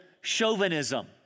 chauvinism